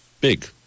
Big